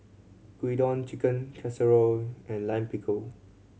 Gyudon Chicken Casserole and Lime Pickle